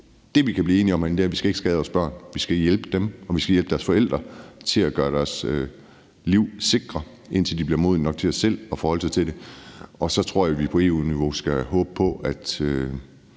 Det, vi kan blive enige om herinde, er, at vi ikke skal skade vores børn. Vi skal hjælpe dem, og vi skal hjælpe deres forældre til at gøre deres liv sikre, indtil de bliver modne nok til selv at forholde sig til det, og så tror jeg, vi på EU-niveau skal håbe på, at